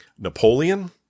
Napoleon